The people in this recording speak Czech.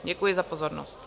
Děkuji za pozornost.